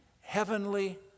heavenly